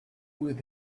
with